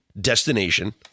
destination